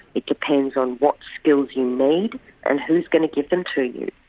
it depends on what skills you need and who is going to give them to you.